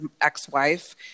ex-wife